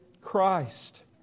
Christ